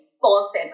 false